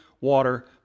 water